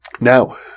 Now